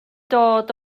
dod